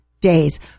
days